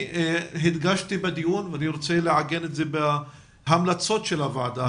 הדגשתי בדיון ואני רוצה לעגן את זה בהמלצות הוועדה,